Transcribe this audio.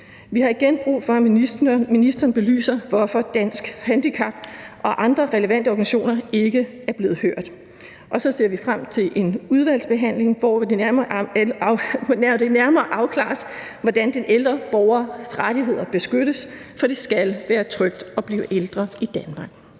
Vi har igen brug for, at ministeren belyser, hvorfor Danske Handicaporganisationer og andre relevante organisationer ikke er blevet hørt. Og så ser vi frem til en udvalgsbehandling, hvor det nærmere afklares, hvordan den ældre borgers rettigheder beskyttes, for det skal være trygt at blive ældre i Danmark.